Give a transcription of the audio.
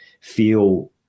feel